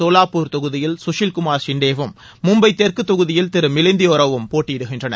சோலாப்பூர் தொகுதியில் கஷில்குமார் ஷிண்டேவும் மும்பை தெற்குத் தொகுதியில் திரு மிலிந்தியோராவும் போட்டியிடுகின்றனர்